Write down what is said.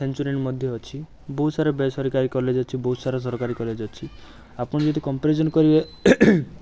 Centurion ମଧ୍ୟ ଅଛି ବହୁତସାରା ବେସରକାରୀ କଲେଜ୍ ଅଛି ବହୁତସାରା ସରକାରୀ କଲେଜ୍ ଅଛି ଆପଣ ଯଦି କମ୍ପାରିଜନ୍ କରିବେ